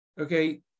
okay